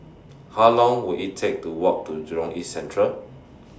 How Long Will IT Take to Walk to Jurong East Central